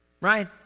Right